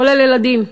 כולל ילדים.